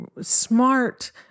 smart